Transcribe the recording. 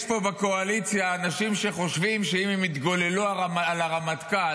יש פה בקואליציה אנשים שחושבים שאם הם יתגוללו על הרמטכ"ל,